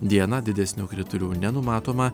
dieną didesnių kritulių nenumatoma